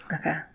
Okay